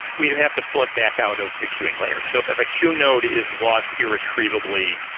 we have to put back out of the queuing layer. so if a queue node is lost irretrievably,